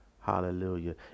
Hallelujah